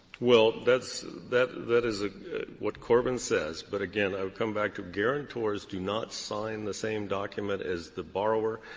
that's that that is a what corbin says. but again, i would come back to guarantors do not sign the same document as the borrower.